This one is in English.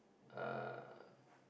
uh